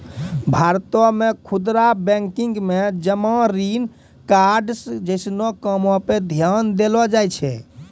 भारतो मे खुदरा बैंकिंग मे जमा ऋण कार्ड्स जैसनो कामो पे ध्यान देलो जाय छै